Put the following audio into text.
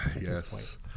Yes